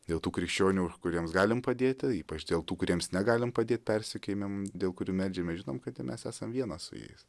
dėl tų krikščionių kuriems galim padėti ypač dėl tų kuriems negalim padėt persekiojamiem dėl kurių meldžiamės žinom kad mes esam viena su jais